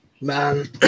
man